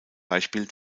beispiel